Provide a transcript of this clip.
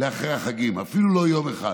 לאחרי החגים אפילו לא יום אחד.